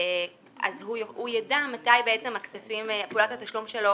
אז הוא ידע מתי פעולת התשלום שלו